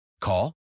Call